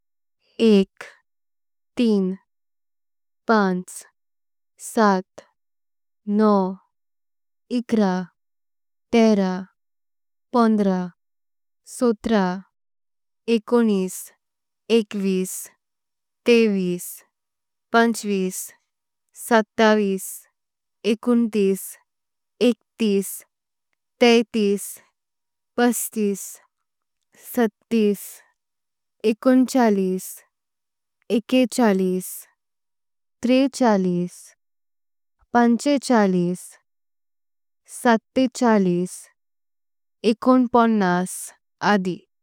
एक, तीन, पाच, सात, नऊ, अकरा। तेरह, पंधरा, सतरह, एकोणीस, एकवीस। तेवीस, पंचवीस, सत्तावीस, एकोणतीस। एकतीस, तेहतीस, पस्तीस, सत्तीस। एकोणचाळीस, एकचाळीस, त्रेचाळीस। पंचेचाळीस, सत्तेचाळीस, एकोनपन्नास।